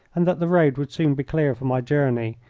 and that the road would soon be clear for my journey,